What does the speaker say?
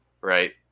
right